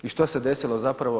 I što se desilo zapravo?